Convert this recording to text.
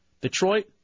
Detroit